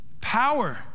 power